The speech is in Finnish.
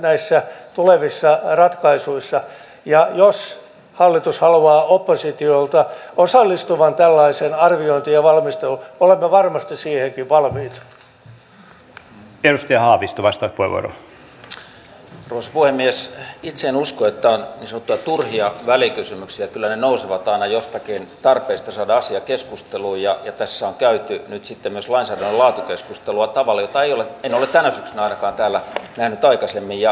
kyllä tämä aika ja jos hallitus haluaa oppositiolta osallistuvan tällaisiin arvioi työ tähän aikaan liittyvät turvallisuusuhat ovat pitkälti myöskin sellaisia jotka liittyvät tämän nykyhallituksen toimintaan sillä turvallisuus ei kyllä ole vain tällaista ulkoista turvallisuutta josta pitää huolehtia vaan myöskin ihmisten kokemaa turvallisuudentunnetta siitä ovatko he perusturvan varassa ja onko heillä turva elämänsä hädän hetkellä